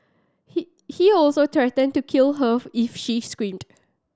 he he also threatened to kill her if she screamed